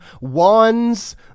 wands